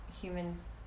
humans